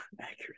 accurate